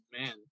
man